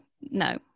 no